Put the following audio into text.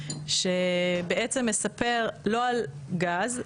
שמספר לא על גז,